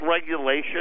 regulation